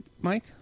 Mike